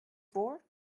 for